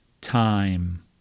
time